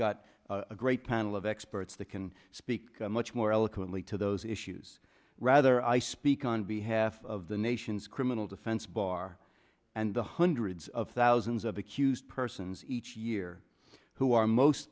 got a great panel of experts that can speak much more eloquent lee to those issues rather i speak on behalf of the nation's criminal defense bar and the hundreds of thousands of accused persons each year who are most